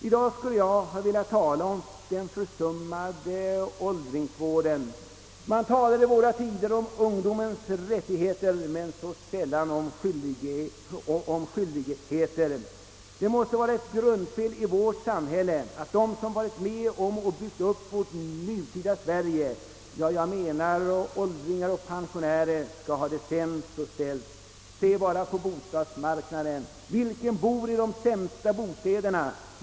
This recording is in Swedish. I dag skulle jag ha velat tala om den försummade åldringsvården. Man talar i våra dagar om ungdomens rättigheter men så sällan om dess skyldigheter. Det måste vara ett grundfel i vårt samhälle, att de som varit med om att bygga upp det nutida Sverige — åldringar och pensionärer — skall ha det sämst ställt. Se bara på bostadsmarknaden! Vilka bor i de sämsta bostäderna?